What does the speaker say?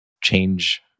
change